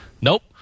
Nope